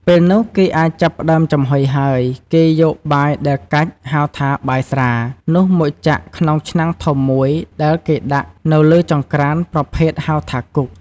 ពេលនោះគេអាចចាប់ផ្តើមចំហុយហើយ គេយកបាយដែលកាច់ ហៅថា «បាយស្រា» នោះមកចាក់ក្នុងឆ្នាំងធំមួយដែលគេដាក់នៅលើចង្ក្រានប្រភេទហៅថា «គុក»។